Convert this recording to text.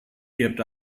kept